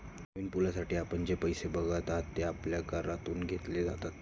नवीन पुलासाठी आपण जे पैसे बघत आहात, ते आपल्या करातून घेतले जातात